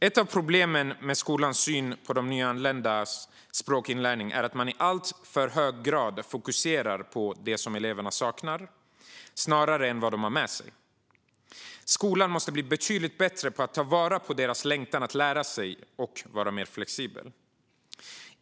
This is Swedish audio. Ett av problemen med skolans syn på de nyanländas språkinlärning är att man i alltför hög grad fokuserar på det som eleverna saknar snarare än vad de har med sig. Skolan måste bli betydligt bättre på att ta vara på deras längtan att lära sig och vara mer flexibel.